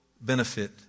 benefit